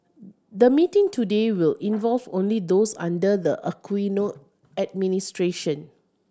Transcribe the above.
the meeting today will involve only those under the Aquino administration